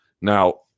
Now